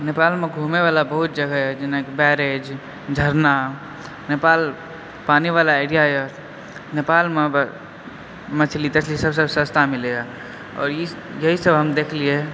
नेपालमे घुमय वाला बहुत जगह यऽ जेनाकि पैरेज झड़ना नेपाल पानि वाल एरिया यऽ नेपालमे मछली तछलि सबसँ सस्ता मिलैया आओर यही सब हम देखलियै